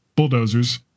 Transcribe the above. bulldozers